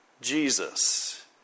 Jesus